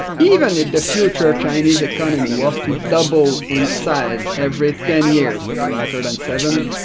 even if the future chinese economy was to double in size every ten years, rather than seven,